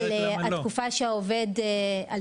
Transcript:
על תקופה שהעובד,